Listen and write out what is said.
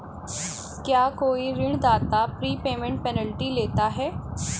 क्या कोई ऋणदाता प्रीपेमेंट पेनल्टी लेता है?